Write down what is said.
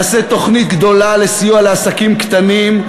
נעשה תוכנית גדולה לסיוע לעסקים קטנים,